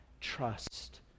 trust